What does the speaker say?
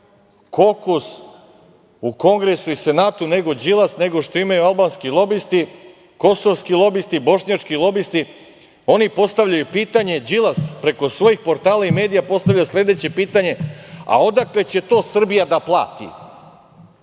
kokus u kongresu i senatu nego Đilas, nego što imaju albanski lobisti, kosovski lobisti, bošnjački lobisti. Oni postavljaju pitanje, Đilas preko svojih portala i medija postavlja sledeće pitanje – a odakle će to Srbija da plati?